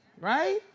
right